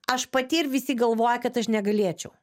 aš pati ir visi galvoja kad aš negalėčiau